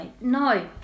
No